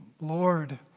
Lord